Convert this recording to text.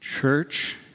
church